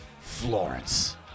Florence